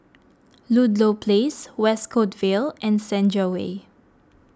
Ludlow Place West Coast Vale and Senja Way